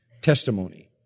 testimony